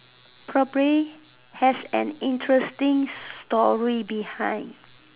probably has an interesting story behind